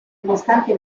nonostante